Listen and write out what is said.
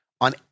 on